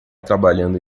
trabalhando